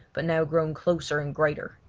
but now grown closer and greater.